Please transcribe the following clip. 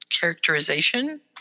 characterization